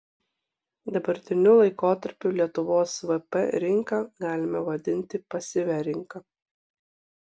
dabartiniu laikotarpiu lietuvos vp rinką galime vadinti pasyvia rinka